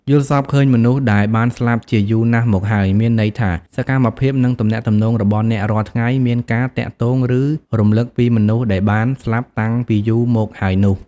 យល់សប្តិឃើញមនុស្សដែលបានស្លាប់ជាយូរណាស់មកហើយ មានន័យថា សកម្មភាព និងទំនាក់ទំនងរបស់អ្នករាល់ថ្ងៃ មានការទាក់ទងឬ រំលឹកពីមនុស្សដែលបាន ស្លាប់តាំងពីយូរមកហើយនោះ។